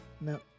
No